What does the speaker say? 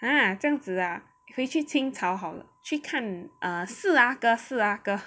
!huh! 这样子啊回去清朝好了去看 err 四阿哥四阿哥